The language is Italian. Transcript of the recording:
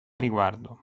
riguardo